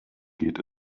geht